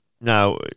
Now